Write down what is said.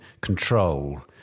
control